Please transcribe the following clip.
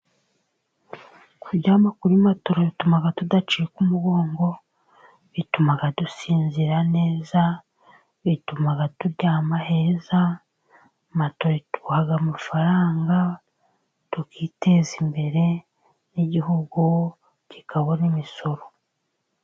Kurya kuri matora bituma tudacika umugongo, bituma dusinzira neza, bituma turyama heza. Matora iduha amafaranga tukiteza imbere, n'igihugu kikabona imisoro.